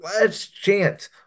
last-chance